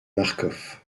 marcof